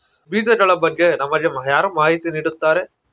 ಬೀಜಗಳ ಬಗ್ಗೆ ನಮಗೆ ಯಾರು ಮಾಹಿತಿ ನೀಡುತ್ತಾರೆ?